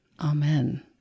Amen